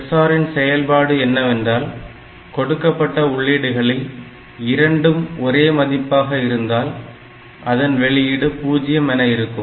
XOR இன் செயல்பாடு என்னவென்றால் கொடுக்கப்பட்ட உள்ளீடுகளில் இரண்டும் ஒரே மதிப்பாக இருந்தால் அதன் வெளியீடு 0 என இருக்கும்